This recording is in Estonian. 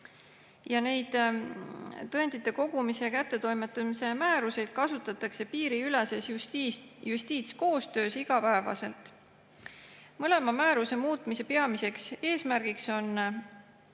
Neid tõendite kogumise ja kättetoimetamise määruseid kasutatakse piiriüleses justiitskoostöös iga päev. Mõlema määruse muutmise peamiseks eesmärgiks on